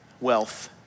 wealth